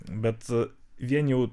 bet vien jau